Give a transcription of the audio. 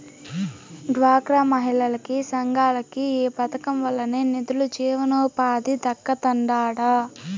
డ్వాక్రా మహిళలకి, సంఘాలకి ఈ పదకం వల్లనే నిదులు, జీవనోపాధి దక్కతండాడి